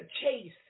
Chase